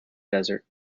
desert